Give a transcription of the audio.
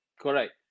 correct